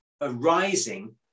arising